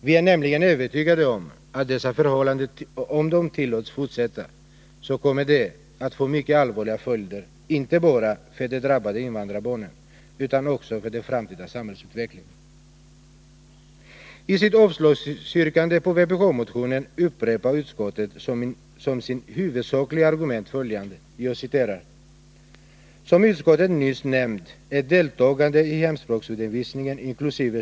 Vi är nämligen övertygade om att ifall dessa förhållanden tillåts fortsätta, så kommer de att få mycket allvarliga följder, inte bara för de drabbade invandrarbarnen, utan också för den framtida samhällsutvecklingen. I sitt avslagsyrkande på vpk-motionen upprepar utskottet som sitt huvudsakliga argument följande: ”Som utskottet nyss nämnt är deltagande i hemspråksundervisning, inkl.